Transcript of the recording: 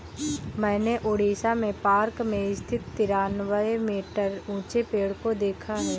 मैंने उड़ीसा में पार्क में स्थित तिरानवे मीटर ऊंचे पेड़ को देखा है